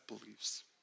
beliefs